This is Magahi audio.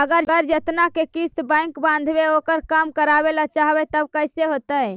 अगर जेतना के किस्त बैक बाँधबे ओकर कम करावे ल चाहबै तब कैसे होतै?